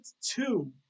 two